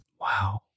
Wow